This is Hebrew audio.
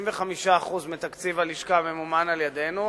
75% מתקציב הלשכה ממומן על-ידינו,